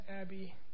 Abby